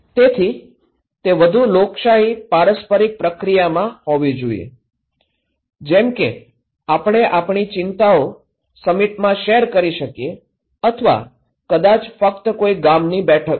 તેથી તે વધુ લોકશાહી પારસ્પરિક પ્રક્રિયામાં હોવી જોઈએ જેમ કે આપણે આપણી ચિંતાઓ સમિટમાં શેર કરી શકીએ અથવા કદાચ ફક્ત કોઈ ગામની બેઠકમાં